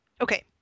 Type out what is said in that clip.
Okay